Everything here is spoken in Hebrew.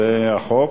זה החוק,